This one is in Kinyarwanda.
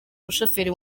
umushoferi